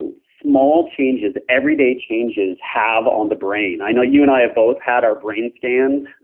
and small changes, every day changes have on the brain. i know you and i have both had our brains scanned.